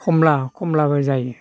खमला खमलाबो जायो